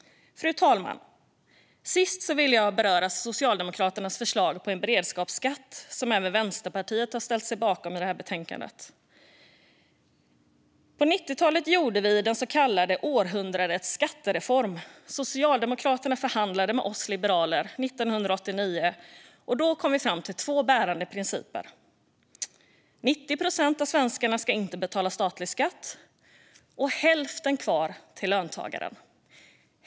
Fru talman! Till sist vill jag beröra Socialdemokraternas förslag på en beredskapsskatt, som även Vänsterpartiet har ställt sig bakom i betänkandet. På 90-talet gjorde vi den så kallade århundradets skattereform. När Socialdemokraterna förhandlade med oss liberaler 1989 kom vi fram till två bärande principer: 90 procent av svenskarna ska inte betala statlig skatt, och hälften kvar till löntagare.